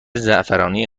زعفرانی